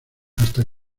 hasta